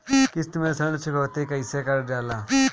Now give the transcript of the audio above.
किश्त में ऋण चुकौती कईसे करल जाला?